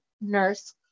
nurse